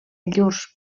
llurs